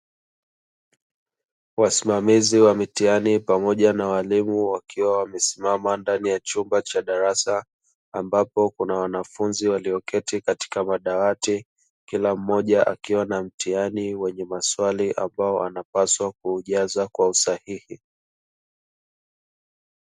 Wasimamizi wa mitihani pamoja na walimu wakiwa wamesimama ndani ya chumba cha darasa, ambapo kuna wanafunzi walioketi katika madawati kila mmoja akiwa na mtihani wenye maswali ambao wanapaswa kuujaza kwa usahihi.